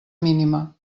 mínima